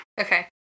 Okay